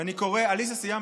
ואני קורא, עליזה, סיימתי,